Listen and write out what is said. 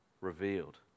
revealed